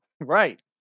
right